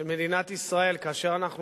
של מדינת ישראל, כאשר אנחנו